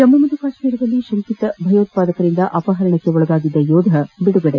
ಜಮ್ನು ಮತ್ತು ಕಾಶ್ವೀರದಲ್ಲಿ ಶಂಕಿತ ಭಯೋತ್ಪಾದಕರಿಂದ ಅಪಪರಣಕ್ಷೀಡಾಗಿದ್ದ ಯೋಧ ಬಿಡುಗಡೆ